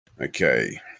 Okay